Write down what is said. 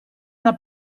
una